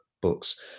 books